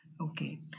Okay